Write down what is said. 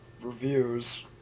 reviews